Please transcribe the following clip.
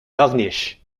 corniche